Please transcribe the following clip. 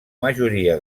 majoria